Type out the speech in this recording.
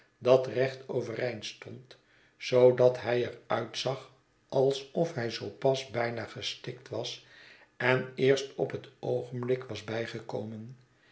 dat recht overeind stond zoodat hij er uitzag alsof hij zoo pas bijna gestikt was en eerst op het oogenblik was bijgekomen